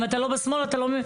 אם אתה לא בשמאל, אתה לא.